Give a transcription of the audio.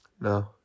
No